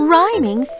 Rhyming